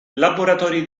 laboratori